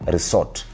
Resort